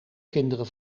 kinderen